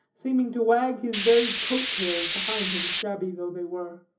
seeming to wag his very coat-tails behind him, shabby though they were,